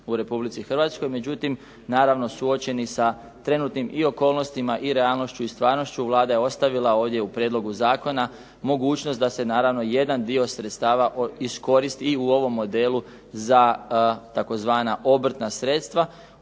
u Republici Hrvatskoj. Međutim, naravno suočeni sa trenutnim i okolnostima i realnošću i stvarnošću Vlada je ostavila ovdje u prijedlogu zakona mogućnost da se naravno jedan dio sredstava iskoristi i u ovom modelu za tzv. obrtna sredstva